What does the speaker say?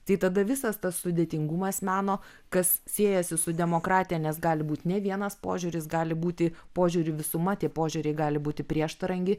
tai tada visas tas sudėtingumas meno kas siejasi su demokratija nes gali būt ne vienas požiūris gali būti požiūrių visuma tie požiūriai gali būti prieštarangi